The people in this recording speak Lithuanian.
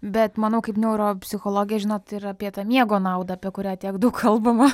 bet manau kaip neuropsichologė žinot ir apie tą miego naudą apie kurią tiek daug kalbama